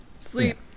sleep